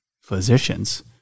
physicians